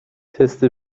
تست